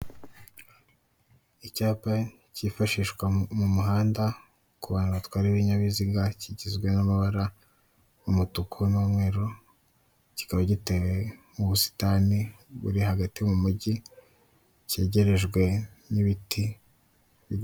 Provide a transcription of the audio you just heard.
Icyapa kifashishwa mu muhanda, ku bantu batwara ibinyabiziga, kigizwe n'amabara, umutuku n'umweru, kikaba giteye mu busitani buri hagati mu mujyi, kegerejwe n'ibiti.